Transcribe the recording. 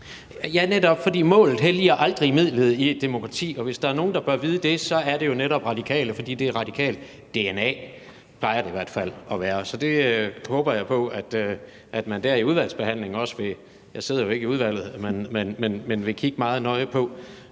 Ja, netop, for målet helliger aldrig midlet i et demokrati, og hvis der er nogen, der bør vide det, er det jo netop Radikale, for det er radikalt dna. Det plejer det i hvert fald at være. Så det håber jeg på at man i udvalgsbehandlingen – jeg sidder jo ikke i udvalget – vil kigge meget nøje på.